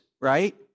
right